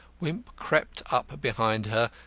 wimp crept up behind her,